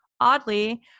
Oddly